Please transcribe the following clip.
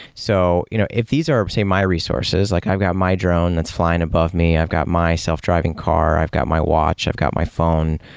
so you know if these are, say, my resources, like i've got my drone that's flying above me, i've got my self driving car, i've got my watch, i've got my phone,